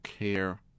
care